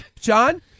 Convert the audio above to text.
John